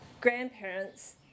grandparents